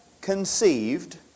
conceived